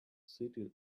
sitting